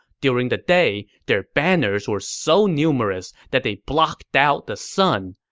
during the day, their banners were so numerous that they blocked out the sun.